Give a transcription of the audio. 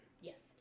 Yes